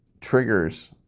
triggers